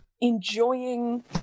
enjoying